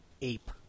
ape